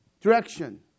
direction